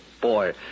boy